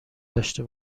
داشته